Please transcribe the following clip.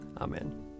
Amen